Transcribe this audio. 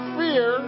fear